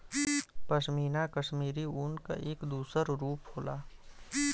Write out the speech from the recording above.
पशमीना कशमीरी ऊन क एक दूसर रूप होला